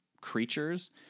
creatures